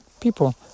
people